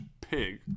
pig